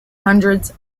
hundreds